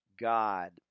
God